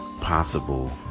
possible